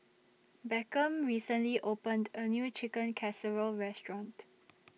Beckham recently opened A New Chicken Casserole Restaurant